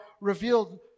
revealed